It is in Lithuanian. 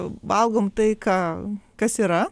valgom tai ką kas yra